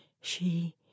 She